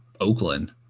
Oakland